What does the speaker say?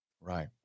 Right